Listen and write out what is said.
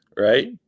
right